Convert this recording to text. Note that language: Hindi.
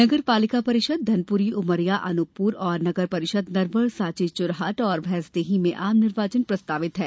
नगर पालिका परिषद धनपुरी उमरिया अनूपपुर और नगर परिषद नरवर साँची चुरहट और भैंसदेही में आम निर्वाचन प्रस्तावित हैं